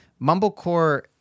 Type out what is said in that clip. Mumblecore